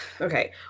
okay